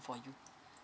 for you